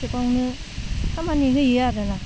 सोबआवनो खामानि होयो आरो ना